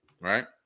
right